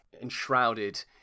enshrouded